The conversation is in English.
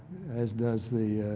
as does the